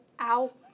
ow